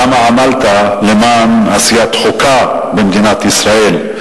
כמה עמלת למען חוקה במדינת ישראל,